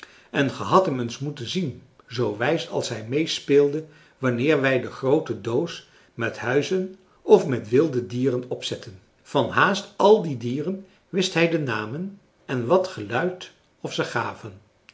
en ge hadt hem eens moeten zien zoo wijs als hij meespeelde wanneer wij de groote doos met huizen of met wilde dieren opzetten van haast al die dieren wist hij de namen en wat geluid of ze gaven